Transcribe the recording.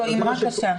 זו אמרה קשה.